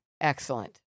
Excellent